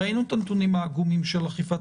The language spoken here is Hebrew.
ראינו את הנתונים העגומים של אכיפת